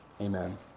amen